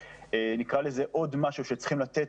שנקרא לזה עוד משהו שצריכים לתת.